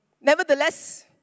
nevertheless